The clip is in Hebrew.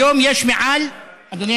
אדוני